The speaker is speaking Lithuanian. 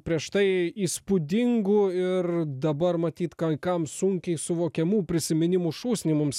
prieš tai įspūdingų ir dabar matyt kai kam sunkiai suvokiamų prisiminimų šūsnį mums